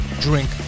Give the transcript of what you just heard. Drink